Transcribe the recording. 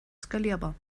skalierbar